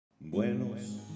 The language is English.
Buenos